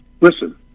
listen